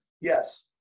Yes